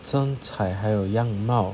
身材还是样貌